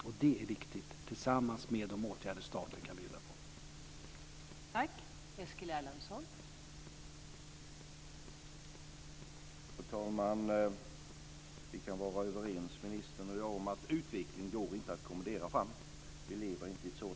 Och det är viktigt, tillsammans med de åtgärder som staten kan bjuda på.